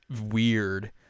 weird